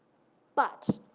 but.